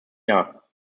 jahr